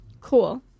Cool